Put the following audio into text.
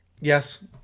Yes